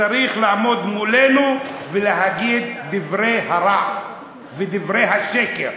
שצריך לעמוד מולנו ולהגיד את דברי הרע ודברי השקר.